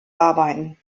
arbeiten